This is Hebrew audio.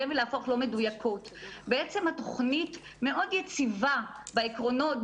בעצם התוכנית מאוד יציבה בעקרונות,